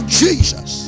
jesus